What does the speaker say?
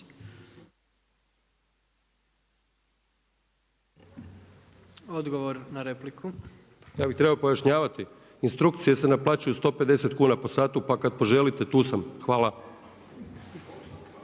Krešo (HSS)** Ja bih trebao pojašnjavati? Instrukcije se naplaćuju 150 kn po satu, pa kad poželite tu sam. Hvala.